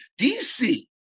DC